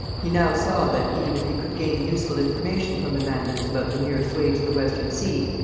he now saw that, even if he could gain useful information from the mandans about the nearest way to the western sea,